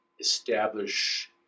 establish